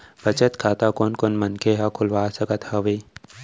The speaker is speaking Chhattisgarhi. बचत खाता कोन कोन मनखे ह खोलवा सकत हवे?